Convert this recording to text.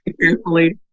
carefully